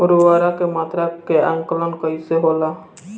उर्वरक के मात्रा के आंकलन कईसे होला?